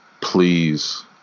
please